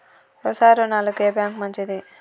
వ్యవసాయ రుణాలకు ఏ బ్యాంక్ మంచిది?